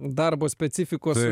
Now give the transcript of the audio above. darbo specifikos